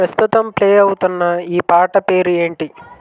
ప్రస్తుతం ప్లే అవుతున్న ఈ పాట పేరు ఏంటి